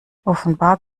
offenbar